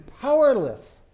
powerless